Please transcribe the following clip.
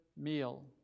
meal